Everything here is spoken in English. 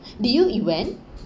did you e~ went